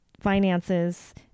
finances